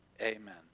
amen